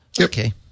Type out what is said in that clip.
Okay